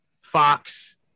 fox